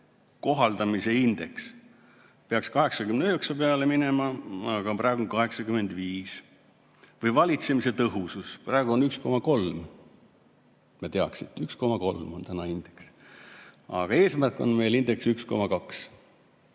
kohaldamise indeks peaks 89 peale minema, aga on praegu 85. Valitsemise tõhusus, praegu on 1,3, et te teaksite, indeks. Aga eesmärk on meil indeks 1,2.